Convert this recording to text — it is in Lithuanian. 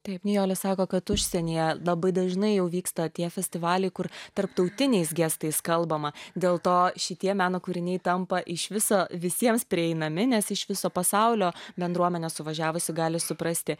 taip nijolė sako kad užsienyje labai dažnai jau vyksta tie festivaliai kur tarptautiniais gestais kalbama dėl to šitie meno kūriniai tampa iš viso visiems prieinami nes iš viso pasaulio bendruomenė suvažiavusi gali suprasti